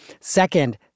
Second